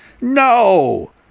no